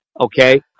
Okay